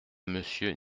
monsieur